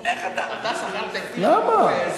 למה?